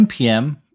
NPM